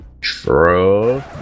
True